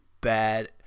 bad